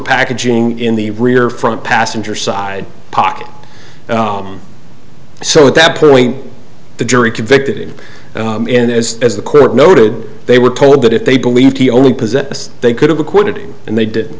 packaging in the rear front passenger side pocket so at that point the jury convicted him as as the court noted they were told that if they believed he only possessed they could have acquitted and they did